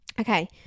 okay